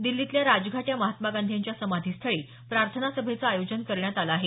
दिछीतल्या राजघाट या महात्मा गांधी यांच्या समाधीस्थळी प्रार्थना सभेचं आयोजन करण्यात आलं आहे